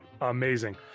Amazing